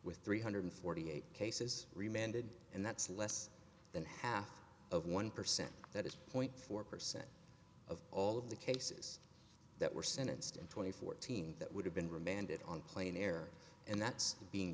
with three hundred forty eight cases remanded and that's less than half of one percent that is point four percent of all of the cases that were sentenced in twenty fourteen that would have been remanded on plane air and that's being